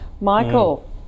Michael